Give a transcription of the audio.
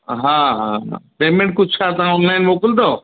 हा हा हा पेमेंट कुझु छा तव्हां ऑनलाइन मोकिलींदव